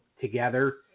together